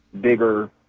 bigger